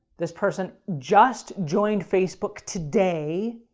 this person just joined facebook today.